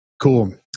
Cool